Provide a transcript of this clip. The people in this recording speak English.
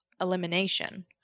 elimination